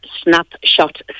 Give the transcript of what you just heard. snapshot